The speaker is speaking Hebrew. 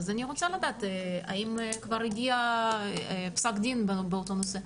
אני רוצה לדעת אם כבר הגיע פסק דין באותו נושא.